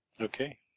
Okay